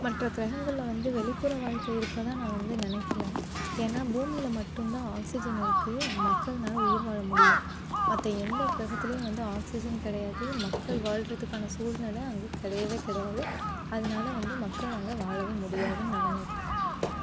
மற்ற கிரகங்கள்ல வந்து வெளிப்புற வாழ்க்கை இருப்பதாக நான் வந்து நினைக்கில ஏன்னா பூமியில மட்டுந்தான் ஆக்சிஜன் இருக்குது மக்கள்னால் உயிர்வாழ முடியும் மற்ற எந்த கிரகத்துலேயும் வந்து ஆக்சிஜன் கிடையாது மக்கள் வாழ்கிறதுக்கான சூழ்நிலை அங்கே கிடையவே கிடையாது அதனால வந்து மக்கள் அங்கே வாழவே முடியாதுன்னு நான் நினைக்குறன்